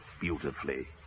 beautifully